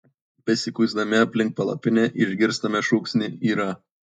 besikuisdami aplink palapinę išgirstame šūksnį yra